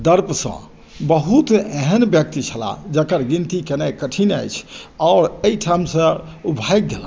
दर्प सॅं बहुत एहन व्यक्ति छलाह जेकर गिनती केनाइ कठिन अछि आओर एहिठाम सॅं ओ भागि गेलाह